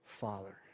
Father